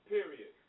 Period